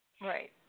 Right